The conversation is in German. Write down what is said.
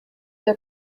der